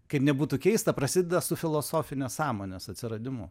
kaip nebūtų keista prasideda su filosofinės sąmonės atsiradimu